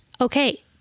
Okay